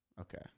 Okay